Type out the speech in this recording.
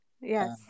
Yes